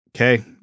okay